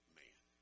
man